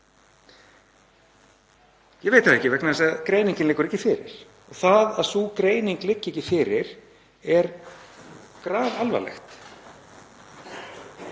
Ég veit það ekki vegna þess að greiningin liggur ekki fyrir. Það að sú greining liggi ekki fyrir er grafalvarlegt